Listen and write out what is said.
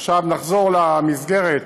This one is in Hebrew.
עכשיו, נחזור למסגרת עצמה,